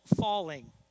falling